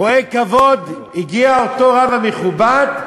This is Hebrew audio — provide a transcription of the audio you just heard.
רואה כבוד הגיע אותו רב מכובד,